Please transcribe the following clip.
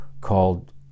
called